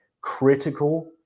critical